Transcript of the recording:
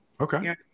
Okay